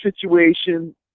situation